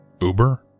Uber